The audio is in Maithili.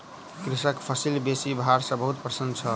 कृषक फसिल बेसी भार सॅ बहुत प्रसन्न छल